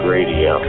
Radio